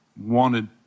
wanted